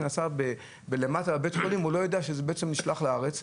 נעשה למטה בבית החולים הוא לא יודע שזה בעצם נשלח לארץ.